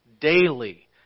daily